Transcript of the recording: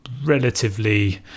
relatively